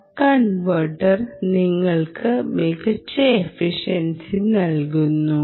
buck converter നിങ്ങൾക്ക് മികച്ച efficiency നൽകുന്നു